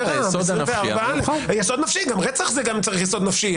גם לרצח צריך יסוד נפשי,